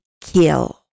kill